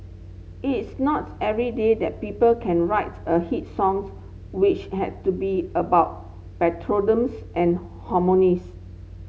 it's not every day that people can write a hit songs which had to be about patriotisms and harmonies